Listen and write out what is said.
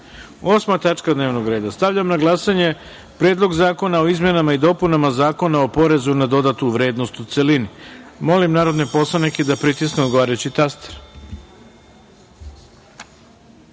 tačka dnevnog reda. Stavljam na glasanje Predlog zakona o izmenama i dopunama Zakona o porezu na dodatu vrednost, u celini. Molim narodne poslanike da pritisnu odgovarajući